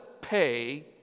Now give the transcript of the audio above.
pay